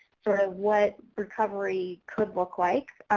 sort of, what recovery could look like,